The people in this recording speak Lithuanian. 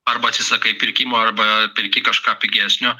arba atsisakai pirkimo arba perki kažką pigesnio